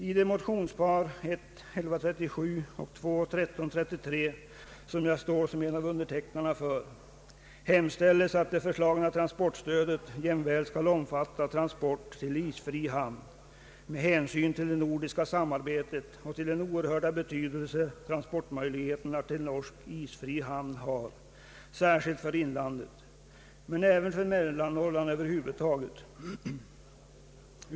I det motionspar I: 1137 och II: 1333, som jag står som en av undertecknarna för, hemställes att det föreslagna transportstödet jämväl skall omfatta transport till isfri norsk hamn med hänsyn till det nordiska samarbetet och till den oerhörda betydelse transportmöjligheterna till norsk isfri hamn har särskilt för inlandet men även för Mellannorrland över huvud taget.